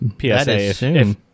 PSA